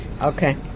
Okay